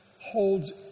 holds